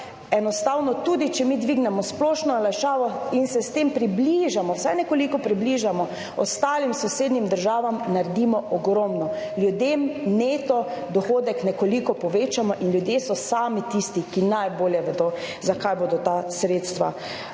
enostavno tudi če mi dvignemo splošno olajšavo in se s tem približamo, vsaj nekoliko približamo ostalim sosednjim državam, naredimo ogromno. Ljudem neto dohodek nekoliko povečamo in ljudje so sami tisti, ki najbolje vedo za kaj bodo ta sredstva uporabili.